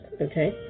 okay